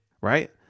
Right